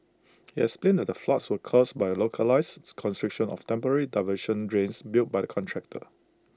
he explained the floods were caused by A localised its constriction of temporary diversion drains built by the contractor